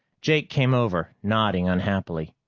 jake came over, nodding unhappily.